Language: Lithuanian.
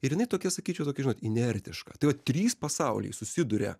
ir jinai tokia sakyčiau tokia inertiška tai va trys pasauliai susiduria